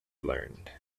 learned